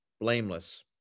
blameless